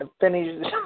finish